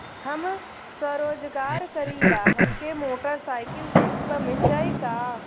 हम स्वरोजगार करीला हमके मोटर साईकिल किस्त पर मिल जाई का?